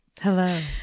Hello